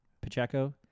Pacheco